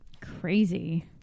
crazy